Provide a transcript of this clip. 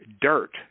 dirt